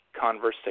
conversation